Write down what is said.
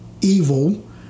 evil